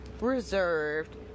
reserved